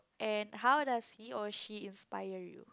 and how does he or she inspire you